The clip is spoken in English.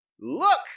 Look